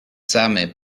same